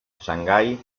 shanghai